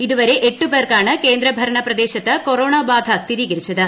ഇതുവരെ എട്ടു പേർക്കാണ് കേന്ദ്രഭരണിപ്പ്ദേശത്ത് കൊറോണ ബാധ സ്ഥിരീകരിച്ചത്